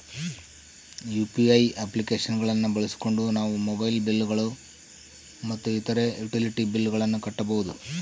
UPI application ಗಳನ್ನ ಬಳಸಿಕೊಂಡು ನಾವು ಮೊಬೈಲ್ ಬಿಲ್ ಗಳು ಮತ್ತು ಇತರ ಯುಟಿಲಿಟಿ ಬಿಲ್ ಗಳನ್ನ ಕಟ್ಟಬಹುದು